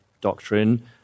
doctrine